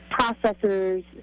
processors